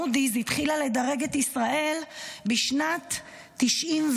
מודי'ס התחילה לדרג את ישראל בשנת 1993,